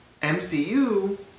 MCU